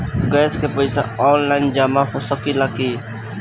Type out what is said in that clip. Gas के पइसा online जमा हो सकेला की?